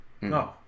No